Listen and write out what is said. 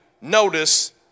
notice